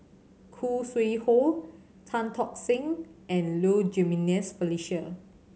Khoo Sui Hoe Tan Tock San and Low Jimenez Felicia